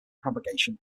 propagation